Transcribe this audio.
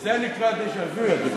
זה נקרא דז'ה-וו.